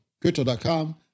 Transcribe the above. Crypto.com